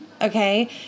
Okay